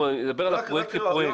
אני אדבר על הפרויקט כפרויקט,